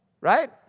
right